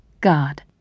God